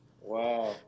Wow